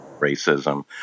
racism